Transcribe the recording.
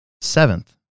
seventh